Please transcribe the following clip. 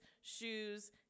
shoes